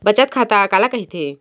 बचत खाता काला कहिथे?